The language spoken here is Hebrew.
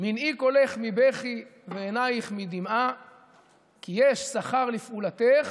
מנעי קולך מבכי ועיניך מדמעה כי יש שכר לפעֻלתך